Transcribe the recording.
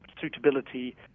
suitability